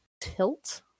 tilt